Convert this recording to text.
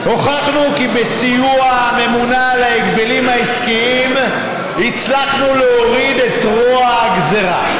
הוכחנו כי בסיוע הממונה על ההגבלים העסקיים הצלחנו להוריד את רוע הגזרה.